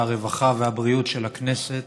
הרווחה והבריאות של הכנסת